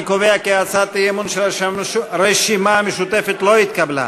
אני קובע כי הצעת האי-אמון של הרשימה המשותפת לא התקבלה.